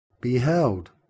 beheld